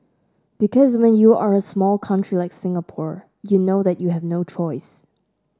because when you are a small country like Singapore you know that you have no choice